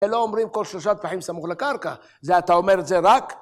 ולא אומרים כל שלושה טפחים סמוך לקרקע, זה אתה אומר את זה רק